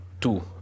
Two